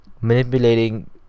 manipulating